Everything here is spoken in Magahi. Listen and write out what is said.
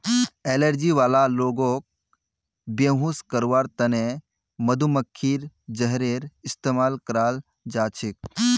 एलर्जी वाला लोगक बेहोश करवार त न मधुमक्खीर जहरेर इस्तमाल कराल जा छेक